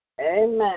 Amen